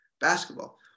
basketball